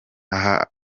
ahageze